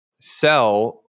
sell